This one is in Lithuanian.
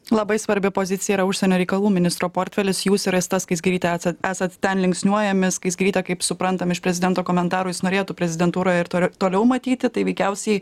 labai svarbi pozicija yra užsienio reikalų ministro portfelis jūs ir asta skaisgirytė esa esat ten linksniuojami skaisgirytę kaip suprantam iš prezidento komentarų jis norėtų prezidentūroje ir to toliau matyti tai veikiausiai